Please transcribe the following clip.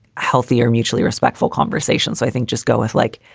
healthy or mutually respectful conversation. so i think just go with like,